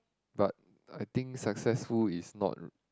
but I think successful is not